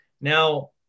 Now